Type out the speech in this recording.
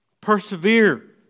Persevere